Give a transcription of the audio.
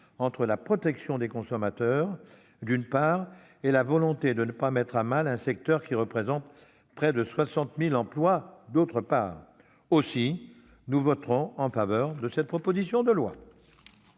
entre la protection des consommateurs, d'une part, et la volonté de ne pas mettre à mal un secteur qui représente près de 60 000 emplois, d'autre part. Aussi, nous voterons en faveur de cette proposition de loi.